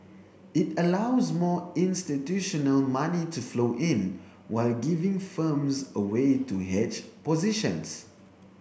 it allows more institutional money to flow in while giving firms a way to hedge positions